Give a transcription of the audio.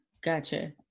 Gotcha